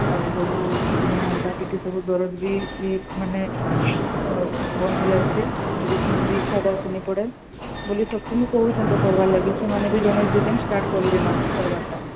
ଆଉ ସବୁ ଦେହ ଅଣ୍ଟା ପିଠି ସବୁ ଦରଦ ବି ଇଏ ମାନେ ବନ୍ଦ ହୋଇଯାଉଛି ମେଡିସିନ୍ ବି ଖାଇବାକୁ ପଡ଼େନି ବୋଲି ସମସ୍ତଙ୍କୁ କହୁଛି ତ କରିବା ଲାଗି ସେମାନେ ବି ଜଣେ ଦୁଇ ଜଣ ଷ୍ଟାର୍ଟ କଲେଣି କରିବାଟା